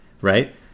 right